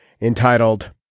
entitled